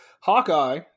Hawkeye